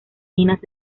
minas